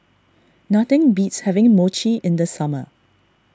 nothing beats having Mochi in the summer